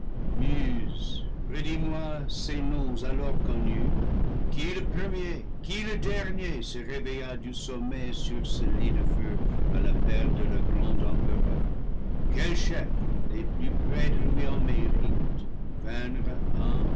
redis moi ces noms alors connus qui le premier qui le dernier se réveilla du sommeil sur ce lit de feu à l'appel de leur grand empereur quels chefs les plus près de lui en mérites